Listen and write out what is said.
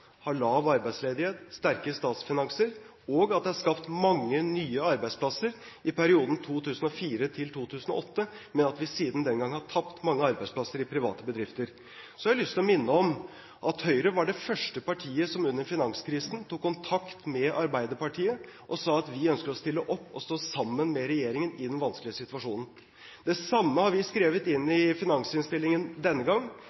har lav arbeidsledighet, sterke statsfinanser, og at det er skapt mange nye arbeidsplasser i perioden 2004–2008, men at vi siden den gang har tapt mange arbeidsplasser i private bedrifter. Så har jeg lyst til å minne om at Høyre var det første partiet som under finanskrisen tok kontakt med Arbeiderpartiet og sa at vi ønsker å stille opp og stå sammen med regjeringen i den vanskelige situasjonen. Det samme har vi skrevet inn i finansinnstillingen denne